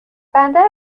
بندر